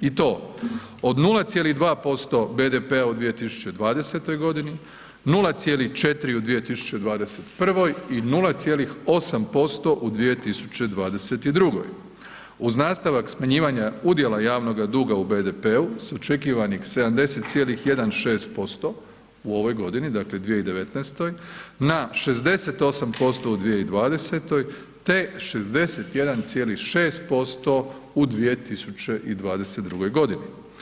i to od 0,2% BDP-a u 2020., 0,4 u 2021. i 0,8% u 2022. uz nastavak smanjivanja udjela javnoga duga u BDP-u s očekivanih 70,16% u ovoj godini dakle 2019. na 68% u 2020. te 61,6% u 2022. godini.